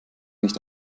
nicht